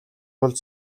тулд